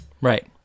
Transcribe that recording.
Right